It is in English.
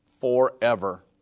forever